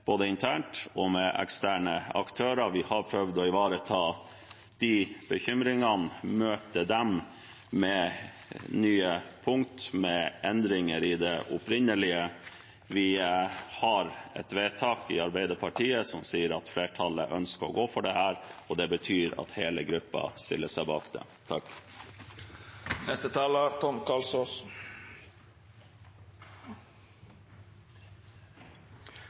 både internt og med eksterne aktører. Vi har prøvd å ivareta bekymringene, møte dem med nye punkter, med endringer i det opprinnelige. Vi har et vedtak i Arbeiderpartiet som sier at flertallet ønsker å gå for dette, og det betyr at hele gruppen stiller seg bak det.